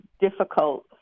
difficult